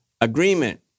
Agreement